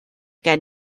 gen